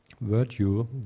virtue